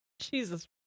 Jesus